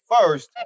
first